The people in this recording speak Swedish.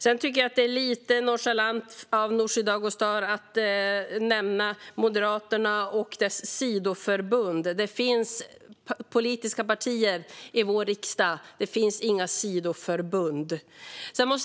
Sedan tycker jag att det är lite nonchalant av Nooshi Dadgostar att nämna Moderaterna och deras sidoförbund. Det finns politiska partier i vår riksdag; det finns inga sidoförbund.